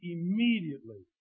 Immediately